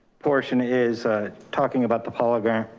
portion is talking about the polygons.